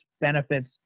benefits